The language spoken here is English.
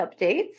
updates